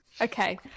Okay